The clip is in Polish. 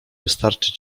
wystarczy